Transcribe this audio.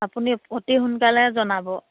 আপুনি অতি সোনকালে জনাব